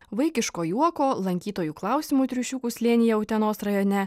vaikiško juoko lankytojų klausimų triušiukų slėnyje utenos rajone